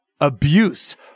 abuse